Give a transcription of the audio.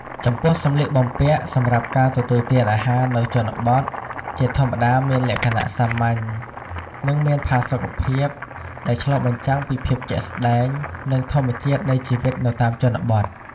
ចំពោះសំលៀកបំពាក់សម្រាប់ការទទួលទានអាហារនៅជនបទ ជាធម្មតាមានលក្ខណៈសាមញ្ញ និងមានផាសុកភាព ដែលឆ្លុះបញ្ចាំងពីភាពជាក់ស្តែង និងធម្មជាតិនៃជីវិតនៅតាមជនបទ។